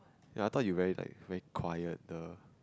ya I thought you very like very quiet girl